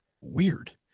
weird